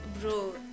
bro